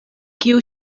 kiu